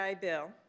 Bill